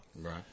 right